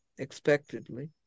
expectedly